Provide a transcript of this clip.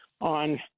on